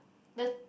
the